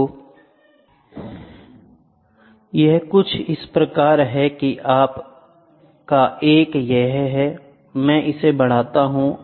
तो यह कुछ इस प्रकार है और यह आपका 1 है मैं इसे बढ़ाता हूं